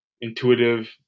intuitive